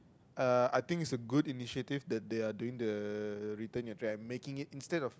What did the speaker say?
uh I think it's a good initiative that they are doing the return your try and making it instead of